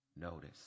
notice